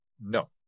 no